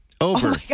Over